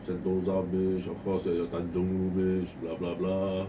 sentosa beach of course you're you're tanjong rhu beach blah blah blah